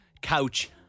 couch